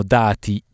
dati